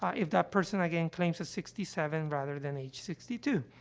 ah if that person, again, claims at sixty seven rather than age sixty two.